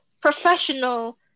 professional